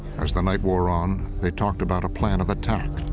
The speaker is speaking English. as the night wore on, they talked about a plan of attack.